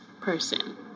person